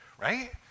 right